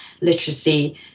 literacy